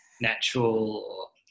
natural